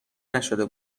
نشده